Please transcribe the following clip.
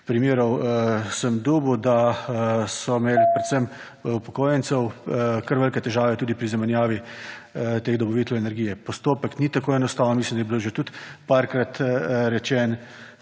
primerov sem dobil, da so predvsem upokojenci imeli kar velike težave tudi pri zamenjavi teh dobaviteljev energije. Postopek ni tako enostaven, mislim, da je bilo že tudi parkrat rečeno,